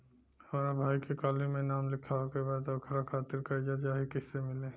हमरा भाई के कॉलेज मे नाम लिखावे के बा त ओकरा खातिर कर्जा चाही कैसे मिली?